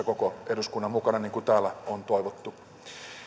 koko eduskunta mukana niin kuin täällä on toivottu